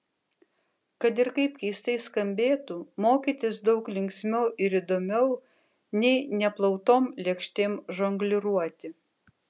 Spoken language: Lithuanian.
kad ir kaip keistai skambėtų mokytis daug linksmiau ir įdomiau nei neplautom lėkštėm žongliruoti